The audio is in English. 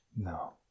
No